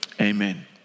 Amen